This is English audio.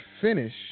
finish